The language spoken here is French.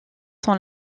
sont